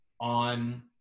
on